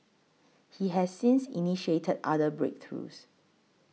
he has since initiated other breakthroughs